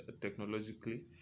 technologically